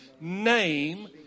name